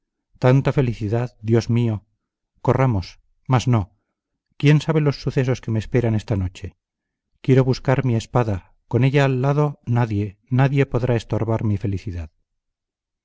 tanta felicidad dios mío corramos mas no quién sabe los sucesos que me esperan esta noche quiero buscar mi espada con ella al lado nadie nadie podrá estorbar mi felicidad